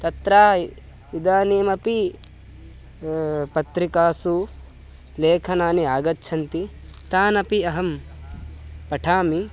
तत्र इदानीमपि पत्रिकासु लेखनानि आगच्छन्ति तानपि अहं पठामि